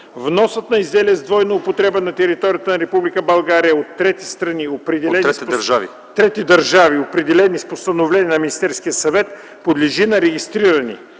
Вносът на изделия с двойна употреба на територията на Република България от трети държави, определени с постановление на Министерския съвет, подлежи на регистриране.